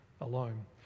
alone